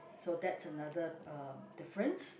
so that's another uh difference